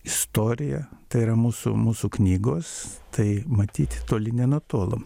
istorija tai yra mūsų mūsų knygos tai matyti toli nenutolom